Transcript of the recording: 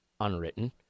unwritten